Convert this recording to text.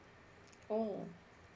oh